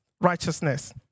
righteousness